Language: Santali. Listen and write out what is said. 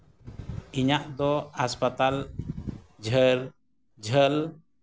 ᱤᱧᱟᱹᱜ ᱫᱚ ᱦᱟᱥᱯᱟᱛᱟᱞ ᱡᱷᱟᱹᱞᱼᱡᱷᱟᱹᱞ